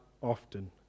often